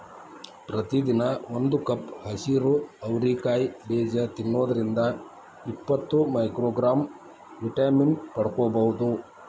ಪ್ರತಿದಿನ ಒಂದು ಕಪ್ ಹಸಿರು ಅವರಿ ಕಾಯಿ ಬೇಜ ತಿನ್ನೋದ್ರಿಂದ ಇಪ್ಪತ್ತು ಮೈಕ್ರೋಗ್ರಾಂ ವಿಟಮಿನ್ ಪಡ್ಕೋಬೋದು